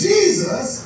Jesus